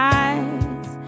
eyes